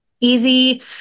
easy